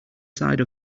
side